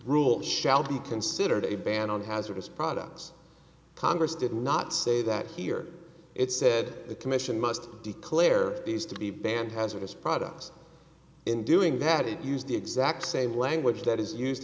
rule shall be considered a ban on hazardous products congress did not say that here it said the commission must declare these to be banned hazardous products in doing that it used the exact same language that is used